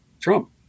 trump